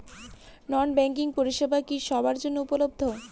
নন banking পরিষেবা কি সবার জন্য উপলব্ধ?